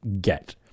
get